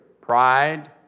Pride